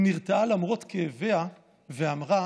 היא נרתעה למרות כאביה ואמרה: